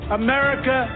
america